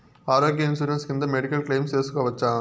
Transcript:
ఆరోగ్య ఇన్సూరెన్సు కింద medical claim సేసుకోవచ్చా?